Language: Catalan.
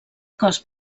cos